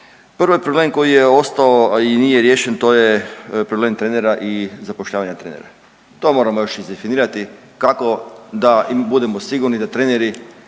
Prvi problem koji je ostao, a i nije riješen to je problem trenera i zapošljavanja trenera. To moramo još izdefinirati kako da budemo sigurni da treneri